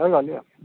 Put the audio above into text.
ହେଉ ଗଲି ଆଉ